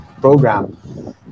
Program